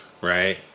right